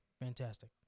Fantastic